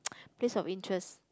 place of interest